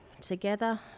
Together